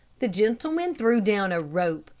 the gentleman threw down a rope,